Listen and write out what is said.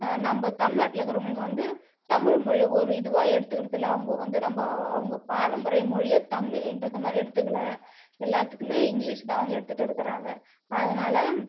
நம்ம தமிழ்நாட்டில் இருக்கிறவங்களுக்கு வந்து தமிழ் மொழி ஒரு இதுவாக எடுத்துகிறது இல்லை அவங்க வந்து நம்ம அவங்க பாரம்பரிய மொழியே தமிழ்கிறது மாதிரி எடுத்துக்கலை எல்லாத்துக்குமே இங்கிலீஷ் தான் அவங்க எடுத்துகிட்டு இருக்கிறாங்க அதனால்